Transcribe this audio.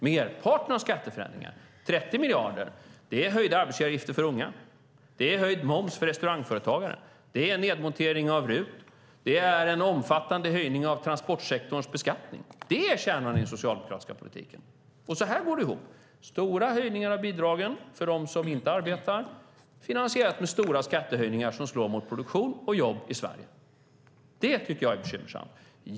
Merparten av skatteförändringarna, 30 miljarder, är höjda arbetsgivaravgifter för unga, höjd moms för restaurangföretagare, nedmontering av RUT och en omfattande höjning av transportsektorns beskattning. Det är kärnan i den socialdemokratiska politiken. Så här går det ihop: Stora höjningar av bidragen för dem som inte arbetar finansieras med stora skattehöjningar som slår mot produktion och jobb i Sverige. Det är bekymmersamt.